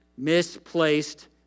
Misplaced